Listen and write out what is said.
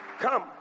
come